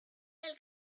del